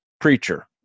preacher